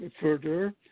further